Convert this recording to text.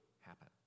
happen